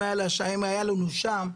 אם היה לנו שם,